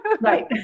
Right